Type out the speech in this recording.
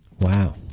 Wow